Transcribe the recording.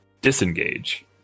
disengage